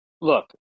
Look